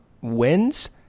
wins